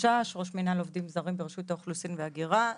אני ראש מינהל עובדים זרים ברשות האוכלוסין וההגירה.